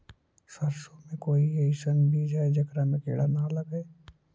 सरसों के कोई एइसन बिज है जेकरा में किड़ा न लगे?